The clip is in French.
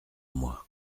moi